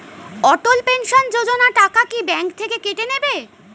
অটল pension Yojana টাকা কি bank থেকে কেটে নেবে?